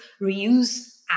reuse